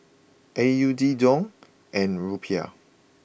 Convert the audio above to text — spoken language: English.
A U D Dong and Rupiah